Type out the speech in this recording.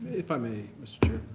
if i may, mr. chair.